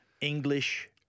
English